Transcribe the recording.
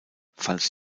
falls